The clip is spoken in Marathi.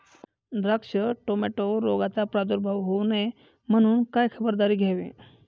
द्राक्ष, टोमॅटोवर रोगाचा प्रादुर्भाव होऊ नये म्हणून काय खबरदारी घ्यावी?